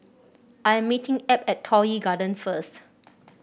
I am meeting Ab at Toh Yi Garden first